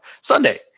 Sunday